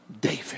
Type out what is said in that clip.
David